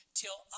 till